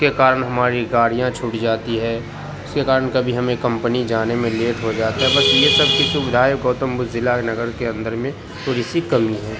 اس کے کارن ہماری گاڑیاں چھوٹ جاتی ہے اس کے کارن کبھی ہمیں کمپنی جانے میں لیٹ ہو جاتا ہے بس یہ سب کی سویدھائیں گوتم بدھ ضلع نگر کے اندر میں تھوڑی سی کمی ہے